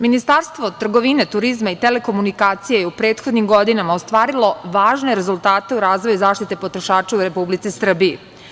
Ministarstvo trgovine, turizma i telekomunikacija je u prethodnim godinama ostvarilo važne rezultate u razvoju zaštite potrošača u Republici Srbiji.